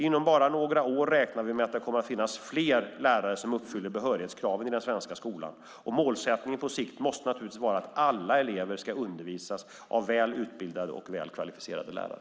Inom bara några år räknar vi med att det kommer att finnas fler lärare som uppfyller behörighetskraven i den svenska skolan. Målsättningen på sikt måste vara att alla elever ska undervisas av väl utbildade och väl kvalificerade lärare.